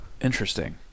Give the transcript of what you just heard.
Interesting